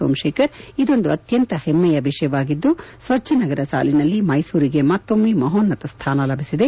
ಸೋಮತೇಖರ್ ಇದೊಂದು ಅತ್ಯಂತ ಹೆಮ್ನೆಯ ವಿಷಯವಾಗಿದ್ದು ಸ್ವಚ್ದ ನಗರ ಸಾಲಿನಲ್ಲಿ ಮೈಸೂರಿಗೆ ಮತ್ತೊಮ್ಮೆ ಮಹೋನ್ನತ ಸ್ಥಾನ ಲಭಿಸಿದೆ